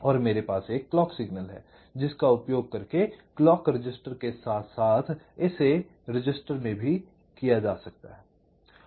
और मेरे पास क्लॉक सिग्नल है जिसका उपयोग क्लॉक रजिस्टर के साथ साथ इस रजिस्टर में भी किया जाता है